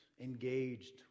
engaged